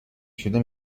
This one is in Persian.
شده